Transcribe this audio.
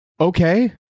Okay